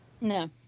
No